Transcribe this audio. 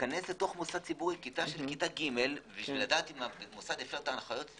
להיכנס ככה לכיתה כדי לדעת אם המוסד הפר את ההנחיות?